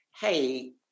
hey